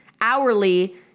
hourly